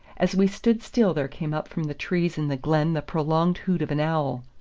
as we stood still there came up from the trees in the glen the prolonged hoot of an owl.